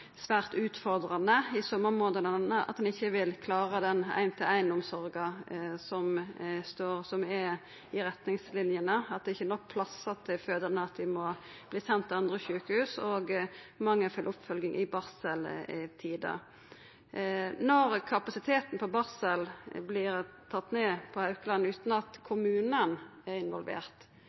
svært utfordrande i sommarmånadene, at ein ikkje vil klara den éin-til-éin-omsorga som er i retningslinjene, at det ikkje er nok plassar til fødande, som kan måtta sendast til andre sjukehus, og mangelfull oppfølging i barseltida. Når kapasiteten på barsel vert tatt ned på Haukeland utan at kommunane er